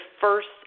first